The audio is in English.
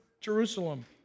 Jerusalem